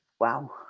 Wow